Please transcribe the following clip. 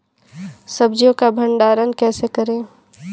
सब्जियों का भंडारण कैसे करें?